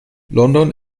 london